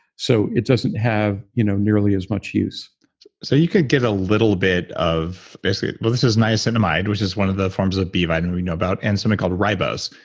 so it doesn't have you know nearly as much use so you could get a little bit of biscuit. well, this is niacinamide, which is one of the forms of b vitamin we know about and something called ribose.